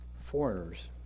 foreigners